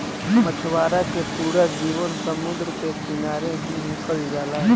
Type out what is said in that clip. मछवारा के पूरा जीवन समुंद्र के किनारे ही निकल जाला